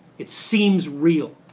it seems real.